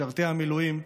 משרתים במילואים,